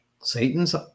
Satan's